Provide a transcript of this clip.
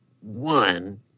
one